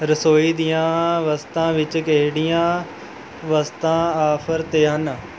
ਰਸੋਈ ਦੀਆਂ ਵਸਤਾਂ ਵਿਚ ਕਿਹੜੀਆਂ ਵਸਤਾਂ ਆਫਰ 'ਤੇ ਹਨ